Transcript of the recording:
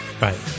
Right